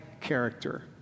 character